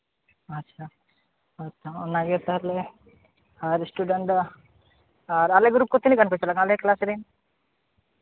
ᱟᱪᱪᱷᱟ ᱟᱪᱪᱷᱟ ᱚᱱᱟᱜᱮ ᱛᱟᱦᱚᱞᱮ ᱟᱨ ᱥᱴᱩᱰᱮᱱᱴ ᱫᱚ ᱟᱨ ᱟᱞᱮ ᱜᱨᱩᱯ ᱠᱚ ᱛᱤᱱᱟᱹᱜ ᱜᱟᱱ ᱠᱚ ᱪᱟᱞᱟᱜ ᱠᱟᱱᱟ ᱟᱞᱮ ᱠᱞᱟᱥ ᱨᱮᱱ